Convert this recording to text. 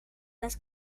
les